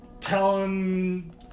telling